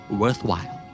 worthwhile